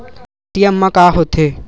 ATM का होथे?